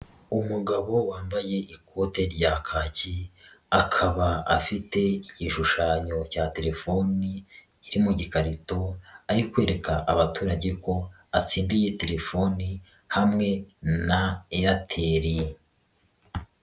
Umugabo wambaye ikote rya kaki, akaba afite igishushanyo cya telefoni iri mu gikarito, ari kwereka abaturage ko atsindiye telefoni hamwe na Airtel.